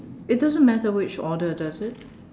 it doesn't matter which order does it